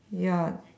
ya